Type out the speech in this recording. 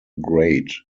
grade